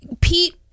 Pete